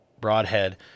Broadhead